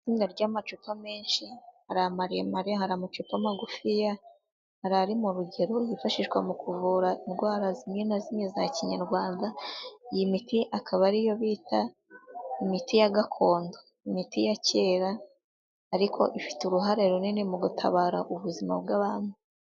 Itsinda ry'amacupa menshi hari amaremare, hari amacupa magufiya hari ari mu rugero yifashishwa mu kuvura indwara zimwe na zimwe za Kinyarwanda. Iyi miti akaba ariyo bita imiti ya gakondo. Imiti ya kera ariko ifite uruhare runini mu gutabara ubuzima bw'abantu.